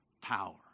Power